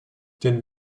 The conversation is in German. denn